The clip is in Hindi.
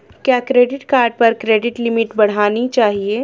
क्या क्रेडिट कार्ड पर क्रेडिट लिमिट बढ़ानी चाहिए?